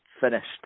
finished